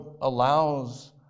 allows